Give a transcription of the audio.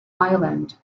island